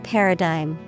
Paradigm